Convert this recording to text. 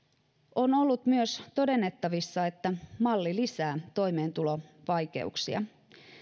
on ollut myös todennettavissa että malli lisää toimeentulovaikeuksia